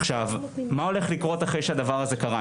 מה הולך לקרות אחרי שהדבר הזה קרה,